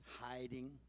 hiding